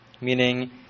Meaning